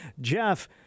Jeff